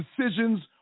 decisions